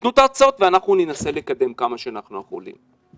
תיתנו את ההצעות ואנחנו ננסה לקדם כמה שאנחנו יכולים.